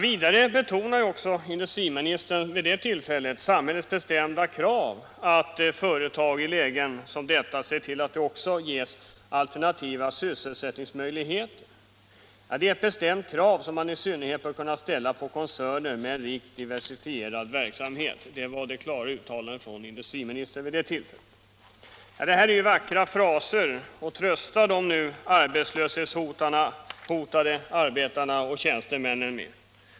Vidare betonade industriministern vid det tillfället ”samhällets bestämda krav att företag i lägen som detta ser till att det också ges al ternativa sysselsättningsmöjligheter. Det är ett bestämt krav, som man i synnerhet bör kunna ställa på koncerner med en rikt diversifierad verksamhet.” Detta var det klara uttalandet från industriministern den gången. Det är vackra fraser att trösta nu arbetslöshetshotade arbetare och tjänstemän med.